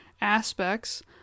aspects